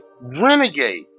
renegade